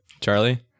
Charlie